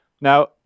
Now